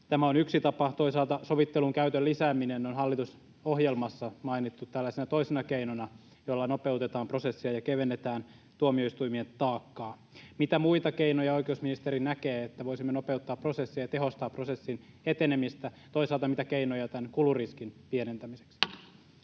Tämä on yksi tapa. Toisaalta sovittelun käytön lisääminen on hallitusohjelmassa mainittu tällaisena toisena keinona, jolla nopeutetaan prosessia ja kevennetään tuomioistuimien taakkaa. Mitä muita keinoja oikeusministeri näkee, joilla voisimme nopeuttaa prosessia ja tehostaa prosessin etenemistä? Toisaalta, mitä keinoja on tämän kuluriskin pienentämiseksi?